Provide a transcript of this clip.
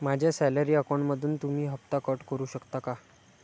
माझ्या सॅलरी अकाउंटमधून तुम्ही हफ्ता कट करू शकता का?